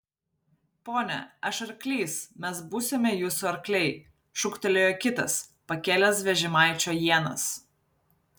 pone aš arklys mes būsime jūsų arkliai šūktelėjo kitas pakėlęs vežimaičio ienas